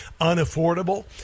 unaffordable